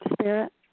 spirit